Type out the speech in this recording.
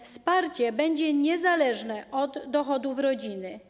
Wsparcie będzie niezależne od dochodów rodziny.